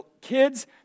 kids